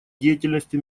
деятельности